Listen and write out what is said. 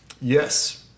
Yes